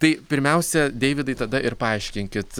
tai pirmiausia deividai tada ir paaiškinkit